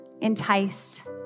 enticed